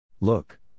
Look